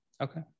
Okay